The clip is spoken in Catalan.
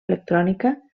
electrònica